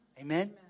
Amen